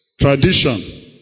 Tradition